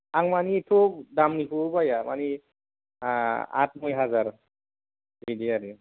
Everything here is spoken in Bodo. आं मानि एथ' दामनिखौबो बाया मानि आठ नय हाजार बिदि आरो